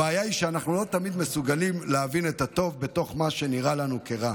הבעיה היא שאנחנו לא תמיד מסוגלים להבין את הטוב בתוך מה שנראה לנו כרע.